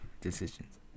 decisions